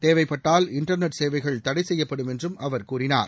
தேவைப்பட்டால் இன்டர்நெட் சேவைகள் தடை செய்யப்படும் என்றும் அவர் கூறினார்